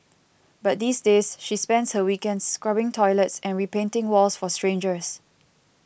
but these days she spends her weekends scrubbing toilets and repainting walls for strangers